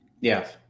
Yes